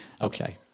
Okay